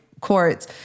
courts